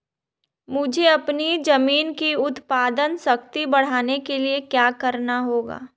मुझे अपनी ज़मीन की उत्पादन शक्ति बढ़ाने के लिए क्या करना होगा?